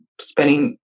spending